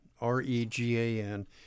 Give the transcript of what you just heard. R-E-G-A-N